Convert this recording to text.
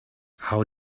how